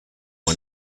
one